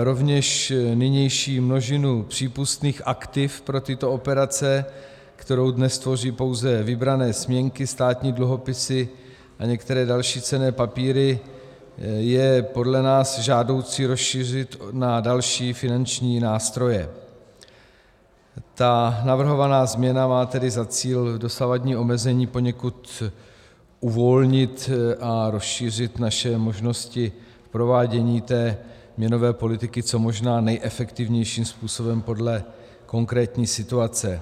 Rovněž nynější množinu přípustných aktiv pro tyto operace, kterou dnes tvoří pouze vybrané směnky, státní dluhopisy a některé další cenné papíry, je podle nás žádoucí rozšířit na další finanční nástroje, a navrhovaná změna má tedy za cíl dosavadní omezení poněkud uvolnit a rozšířit naše možnosti provádění měnové politiky co možná nejefektivnějším způsobem podle konkrétní situace.